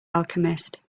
alchemist